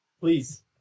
please